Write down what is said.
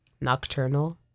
nocturnal